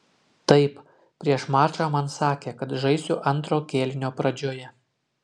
taip prieš mačą man sakė kad žaisiu antro kėlinio pradžioje